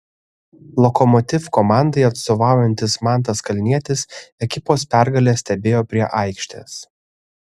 lokomotiv komandai atstovaujantis mantas kalnietis ekipos pergalę stebėjo prie aikštės